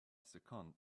second